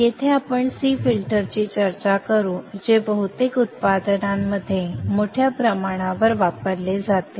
येथे आपण C फिल्टरची चर्चा करू जे बहुतेक उत्पादनांमध्ये मोठ्या प्रमाणावर वापरले जाते